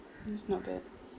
that's not bad